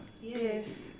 Yes